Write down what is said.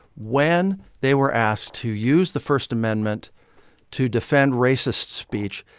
when they were asked to use the first amendment to defend racist speech,